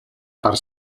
per